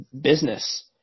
business